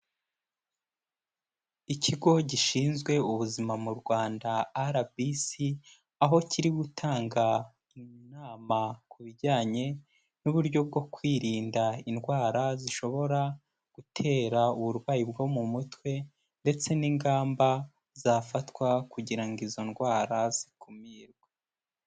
Ikigo gishinzwe ubuzima mu Rwanda Arabisi, aho kiri gutanga inama ku bijyanye n'uburyo bwo kwirinda indwara zishobora gutera uburwayi bwo mu mutwe ndetse n'ingamba zafatwa kugirango izo ndwara zikumirwe.